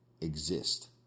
exist